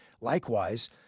Likewise